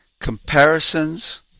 comparisons